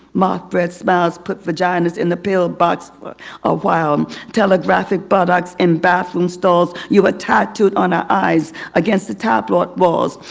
mark bread smiles, put vaginas in the pillbox for a while. telegraphic buttox in bathroom stalls. you were tattooed on our eyes against the tabloid walls.